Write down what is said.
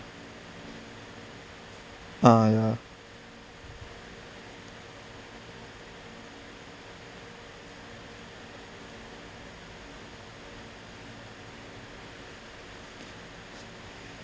ah ah ah